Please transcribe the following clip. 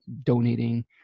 donating